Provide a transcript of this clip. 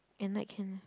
at night can